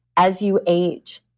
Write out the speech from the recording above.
as you age,